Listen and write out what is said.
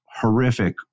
horrific